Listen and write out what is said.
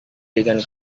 dengan